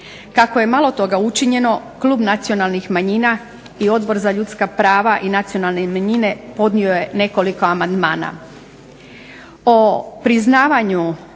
Kako je malo toga učinjeno Klub nacionalnih manjina i Odbor za ljudska prava i nacionalne manjine podnio je nekoliko amandmana.